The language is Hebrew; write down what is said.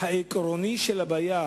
העקרוני של הבעיה,